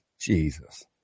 Jesus